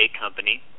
company